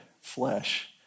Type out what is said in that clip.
flesh